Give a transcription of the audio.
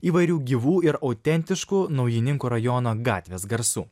įvairių gyvų ir autentiškų naujininkų rajono gatvės garsų